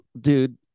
dude